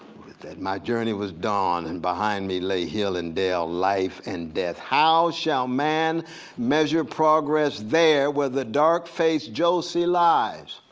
with that. my journey was done and behind me lay hill and dale, life and death. how shall man measure progress there, where the dark-faced josie lies?